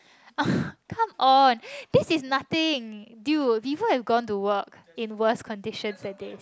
come on this is nothing dude people have gone to work in worse conditions than this